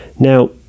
Now